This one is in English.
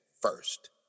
first